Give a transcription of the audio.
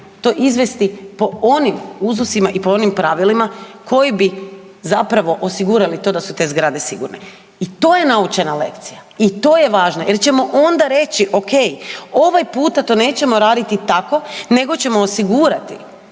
to izvesti po onim uzusima i po onim pravilima koji bi zapravo osigurali to da su te zgrade sigurne. I to je naučena lekcija i to je važno jer ćemo onda reći okej, ovaj puta to nećemo raditi tako nego ćemo osigurati